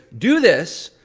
do this,